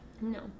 No